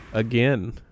Again